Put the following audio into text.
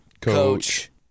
Coach